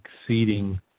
exceeding